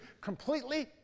completely